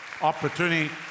opportunity